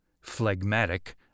phlegmatic